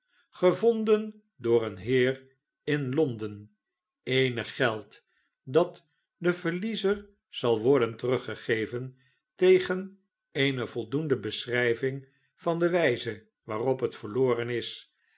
door een heer in l on den eenig geld dat den verliezer zal worden teruggegeven tegen eene voldoende beschrijving van de wijze waarop het verloren is